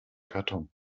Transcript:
karton